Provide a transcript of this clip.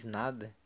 nada